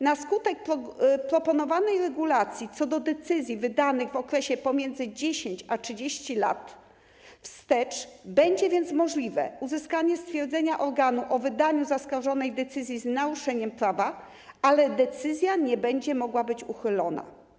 Na skutek proponowanej regulacji co do decyzji wydanych w okresie pomiędzy 10 a 30 lat wstecz będzie więc możliwe uzyskanie stwierdzenia organu o wydaniu zaskarżonej decyzji z naruszeniem prawa, ale decyzja nie będzie mogła być uchylona.